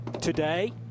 today